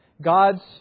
God's